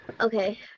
Okay